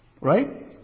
Right